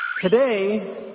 Today